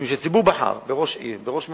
משום שהציבור בחר בראש עיר, בראש מועצה,